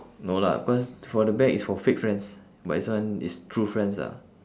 no lah cause for the back is for fake friends but this one is true friends lah